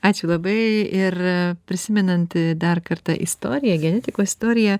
ačiū labai ir prisimenant dar kartą istoriją genetikos istoriją